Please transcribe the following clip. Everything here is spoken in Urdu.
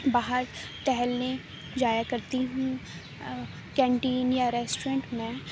باہر ٹہلنے جایا کرتی ہوں کینٹین یا ریسٹورنٹ میں